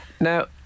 Now